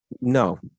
no